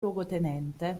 luogotenente